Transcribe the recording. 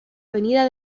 avenida